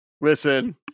listen